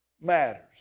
matters